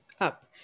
up